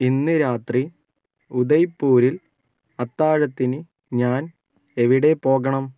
ഇന്ന് രാത്രി ഉദയ്പൂരിൽ അത്താഴത്തിന് ഞാൻ എവിടെ പോകണം